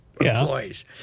employees